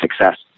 success